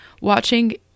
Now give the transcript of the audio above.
watching